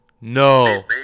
No